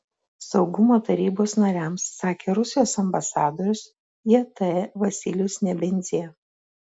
saugumo tarybos nariams sakė rusijos ambasadorius jt vasilijus nebenzia